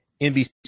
NBC